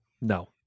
No